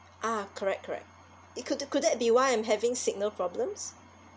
ah correct correct it could could that be why I'm having signal problems